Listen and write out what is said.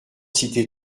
cité